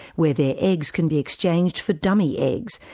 where their eggs can be exchanged for dummy eggs,